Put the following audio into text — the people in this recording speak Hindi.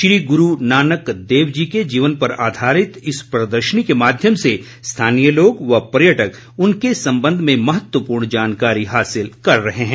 श्री गुरू नानक देव जी के जीवन पर आधारित इस प्रदर्शनी के माध्यम से स्थानीय लोग व पर्यटक उनके संबंध में महत्वपूर्ण जानकारी हासिल कर रहे हैं